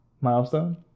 milestone